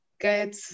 get